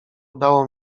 udało